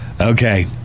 Okay